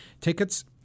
Tickets